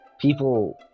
people